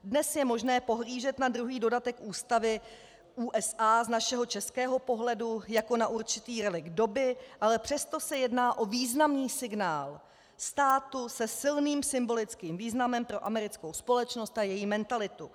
Dnes je možné pohlížet na druhý dodatek ústavy USA z našeho českého pohledu jako na určitý relikt doby, ale přesto se jedná o významný signál státu se silným symbolickým významem pro americkou společnost a její mentalitu.